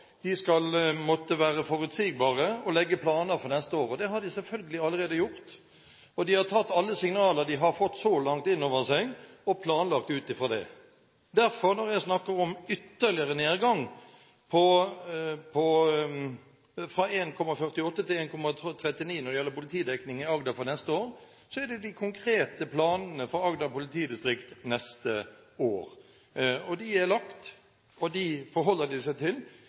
de har folk som de skal ta på alvor, de må være forutsigbare og legge planer for neste år, og det har de selvfølgelig allerede gjort. De har tatt alle signaler de har fått så langt, inn over seg og planlagt ut fra det. Derfor, når jeg snakker om ytterligere nedgang, fra 1,48 til 1,39 når det gjelder politidekning i Agder for neste år, er det de konkrete planene for Agder politidistrikt neste år. De er lagt, og dem forholder de seg til,